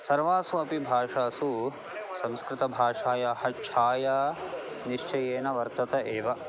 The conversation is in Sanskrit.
सर्वासु अपि भाषासु संस्कृतभाषायाः छाया निश्चयेन वर्तन्ते एव